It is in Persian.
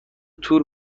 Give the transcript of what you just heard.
تور